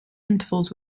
intervals